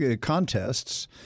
contests